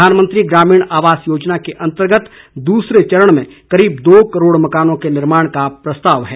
प्रधानमंत्री ग्रामीण आवास योजना के अंतर्गत दूसरे चरण में करीब दो करोड़ मकानों के निर्माण का प्रस्ताव है